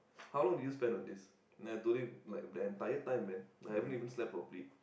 how long did you spend on this then I told him like the entire time man I haven't even slept properly